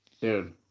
Dude